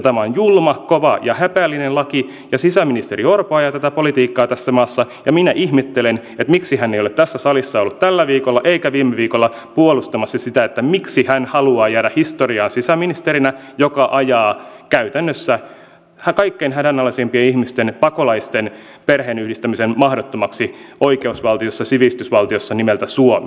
tämä on julma kova ja häpeällinen laki ja sisäministeri orpo ajaa tätä politiikkaa tässä maassa ja minä ihmettelen miksi hän ei ole ollut tässä salissa tällä viikolla eikä viime viikolla puolustamassa sitä miksi hän haluaa jäädä historiaan sisäministerinä joka ajaa käytännössä kaikkein hädänalaisimpien ihmisten pakolaisten perheenyhdistämisen mahdottomaksi oikeusvaltiossa ja sivistysvaltiossa nimeltä suomi